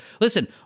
listen